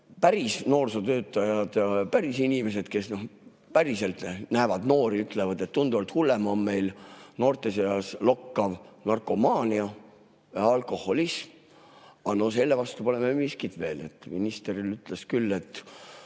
Päris noorsootöötajad, päris inimesed, kes päriselt näevad noori, ütlevad, et tunduvalt hullem on meie noorte seas lokkav narkomaania ja alkoholism, aga no selle vastu pole meil miskit veel. Minister ütles küll, et